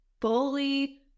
fully